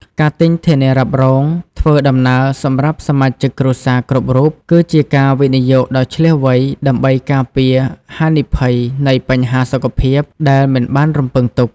ការទិញធានារ៉ាប់រងធ្វើដំណើរសម្រាប់សមាជិកគ្រួសារគ្រប់រូប គឺជាការវិនិយោគដ៏ឈ្លាសវៃដើម្បីការពារហានិភ័យនៃបញ្ហាសុខភាពដែលមិនបានរំពឹងទុក។